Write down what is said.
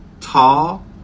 Tall